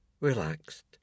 relaxed